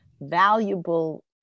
valuable